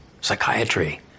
psychiatry